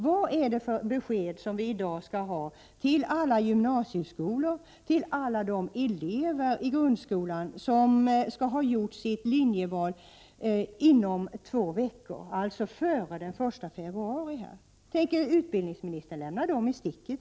Vad är det för ett besked som vi i dag skall ge till alla gymnasieskolor och alla de elever i grundskolan som skall ha gjort sitt linjeval inom två veckor, dvs. före den 1 februari. Tänker utbildningsministern i dag lämna dem i sticket?